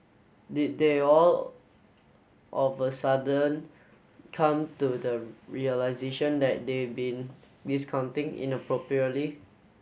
did they all of a sudden come to the realisation that they been discounting inappropriately